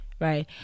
right